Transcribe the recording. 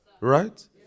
Right